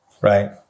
Right